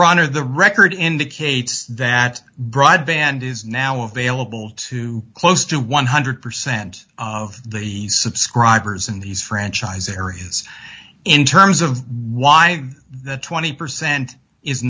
honor the record indicates that broadband is now available to close to one hundred percent of the subscribers in these franchise areas in terms of why the twenty percent is